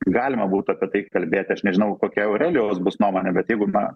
galima būtų apie tai kalbėti aš nežinau kokia aurelijaus bus nuomonė bet jeigu na